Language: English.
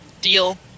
Deal